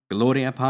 Gloria